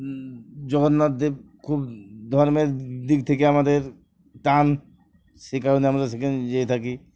জগন্নাথ দেব খুব ধর্মের দিক থেকে আমাদের টান সে কারণে আমরা সেখানে যেয়ে থাকি